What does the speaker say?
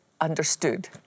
understood